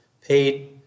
paid